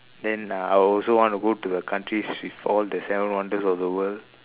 then uh I will also want to go to countries with all the seven wonders of the world